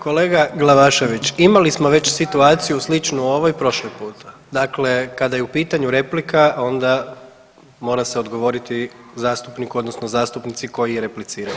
Kolega Glavašević, imali smo situaciju već sličnu ovoj prošli puta, dakle kada je u pitanju replika onda mora se odgovoriti zastupniku odnosno zastupnici koji je replicirao.